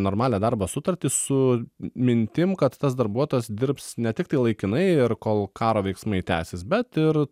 normalią darbo sutartį su mintim kad tas darbuotojas dirbs ne tiktai laikinai ir kol karo veiksmai tęsis bet ir